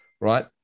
right